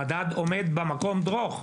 המדד עומד במקום דרוך.